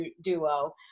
duo